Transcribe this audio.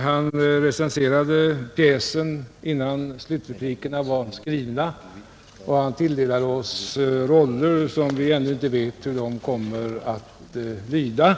Han recenserade pjäsen innan slutreplikerna var skrivna, och han tilldelade oss roller som vi ännu inte vet hur de kommer att lyda.